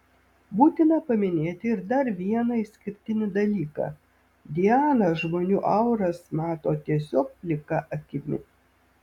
būtina paminėti ir dar vieną išskirtinį dalyką diana žmonių auras mato tiesiog plika akimi